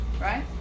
right